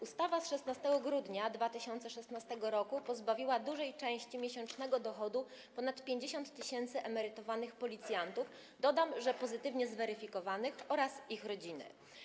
Ustawa z 16 grudnia 2016 r. pozbawiła dużej części miesięcznego dochodu ponad 50 tys. emerytowanych policjantów - dodam, że pozytywnie zweryfikowanych - oraz ich rodziny.